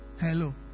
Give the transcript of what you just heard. Hello